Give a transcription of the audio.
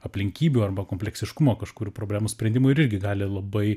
aplinkybių arba kompleksiškumo kažkurių problemų sprendimų ir irgi gali labai